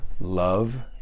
Love